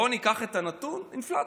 בואו ניקח את נתון האינפלציה,